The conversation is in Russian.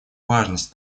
важность